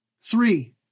Three